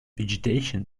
vegetation